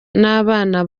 n’abana